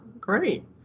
Great